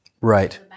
Right